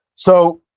so,